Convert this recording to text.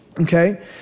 Okay